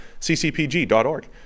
ccpg.org